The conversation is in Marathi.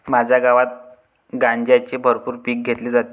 माझ्या गावात गांजाचे भरपूर पीक घेतले जाते